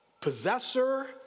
possessor